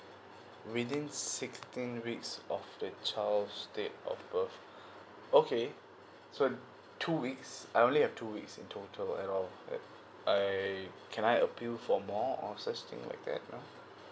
within sixteen weeks of the child's date of birth so okay so two weeks I only have two weeks in total at all or and I can I appeal for more or such thing like that you know